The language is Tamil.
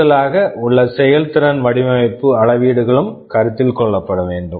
கூடுதலாக உள்ள சில செயல்திறன் வடிவமைப்பு அளவீடுகளும் கருத்தில் கொள்ளப்பட வேண்டும்